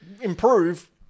improve